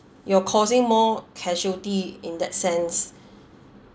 you're causing more casualty in that sense